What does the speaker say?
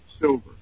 silver